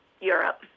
Europe